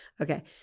Okay